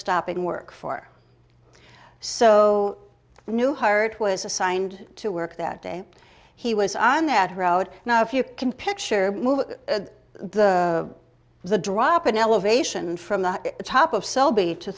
stopping work for so newhart was assigned to work that day he was on that road now if you can picture the the drop in elevation from the top of s